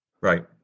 Right